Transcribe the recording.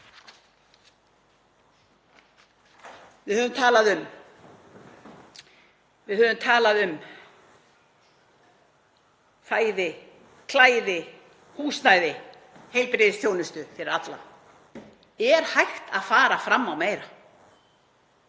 Við höfum talað um fæði, klæði, húsnæði, heilbrigðisþjónustu fyrir alla. Er hægt að fara fram á meira?